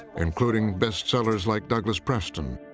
including bestsellers like douglas preston,